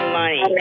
money